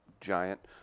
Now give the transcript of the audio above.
giant